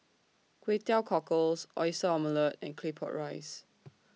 Kway Teow Cockles Oyster Omelette and Claypot Rice